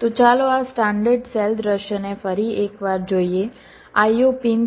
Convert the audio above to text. તો ચાલો આ સ્ટાન્ડર્ડ સેલ દૃશ્યને ફરી એકવાર જોઈએ IO પિન